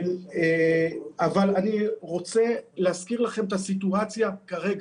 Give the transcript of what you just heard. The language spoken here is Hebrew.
אבל אני רוצה להזכיר לכם את הסיטואציה כרגע.